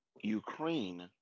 Ukraine